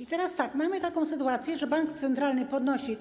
I teraz tak: mamy taką sytuację, że bank centralny podnosi